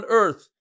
earth